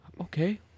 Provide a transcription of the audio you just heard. Okay